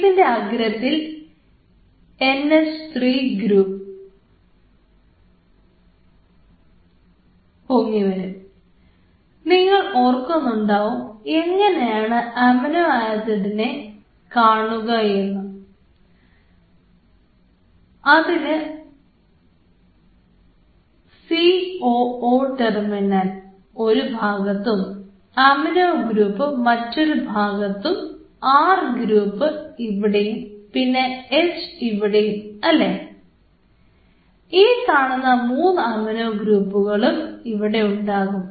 ഇതിൻറെ അഗ്രത്തിൽ NH 3 group പൊങ്ങിവരും ഇവിടെ ഉണ്ടാകും